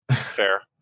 Fair